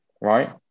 right